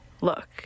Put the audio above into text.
look